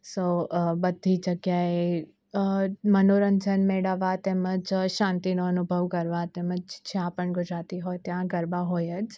સો બધી જગ્યાએ મનોરંજન મેળવવા તેમજ શાંતિનો અનુભવ કરવા તેમ જ જ્યાં પણ ગુજરાતી હોય ત્યાં ગરબા હોય જ